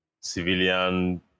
civilian